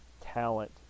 talent